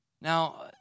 Now